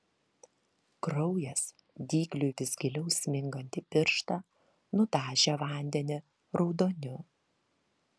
kraujas dygliui vis giliau smingant į pirštą nudažė vandenį raudoniu